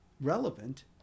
relevant